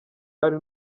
ari